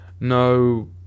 no